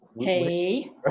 Hey